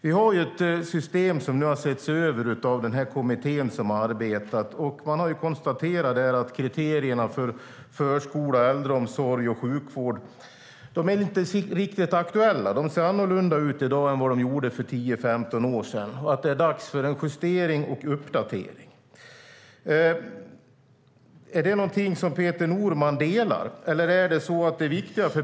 Vi har ett system som nu har setts över av skatteutjämningskommittén. Man har konstaterat att kriterierna för förskola, äldreomsorg och sjukvård inte är riktigt aktuella, att de ser annorlunda ut i dag än för 10-15 år sedan och att det är dags för en justering och uppdatering. Är det en uppfattning som Peter Norman delar?